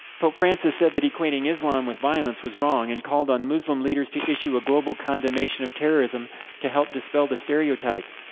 pope francis said that equating islam with violence was wrong and called on muslim leaders to issue a global condemnation of terrorism to help dispel the stereotype.